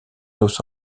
los